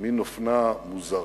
מין אופנה מוזרה,